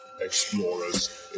Explorers